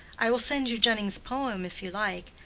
i will send you jenning's poem if you like.